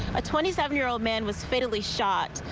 a twenty seven year old man was fatally shot.